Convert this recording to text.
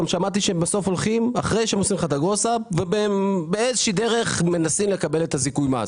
גם שמעתי שבסוף הולכים ובאיזושהי דרך מנסים לקבל את הזיכוי מס.